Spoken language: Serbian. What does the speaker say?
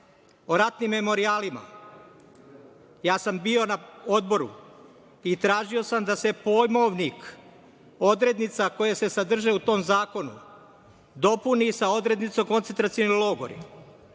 o ratnim memorijalima, ja sam bio na Odboru i tražio sam da se Pojmovnik odrednica, koje se sadrže u tom zakonu, dopuni sa odrednicom koncentracioni logori.